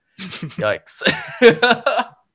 Yikes